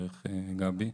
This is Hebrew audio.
דרך גבי.